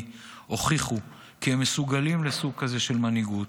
הוכיחו כי הם מסוגלים לסוג כזה של מנהיגות.